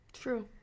true